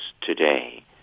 today